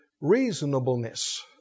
reasonableness